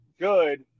good